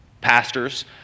pastors